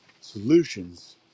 solutions